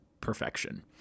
perfection